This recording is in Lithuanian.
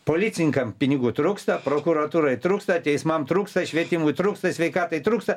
policininkam pinigų trūksta prokuratūrai trūksta teismam trūksta švietimui trūksta sveikatai trūksta